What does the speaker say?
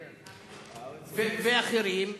ניר, ובאחרים,